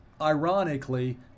ironically